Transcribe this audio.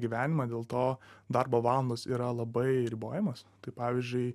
gyvenimą dėl to darbo valandos yra labai ribojamos tai pavyzdžiui